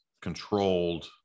controlled